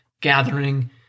gathering